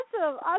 Awesome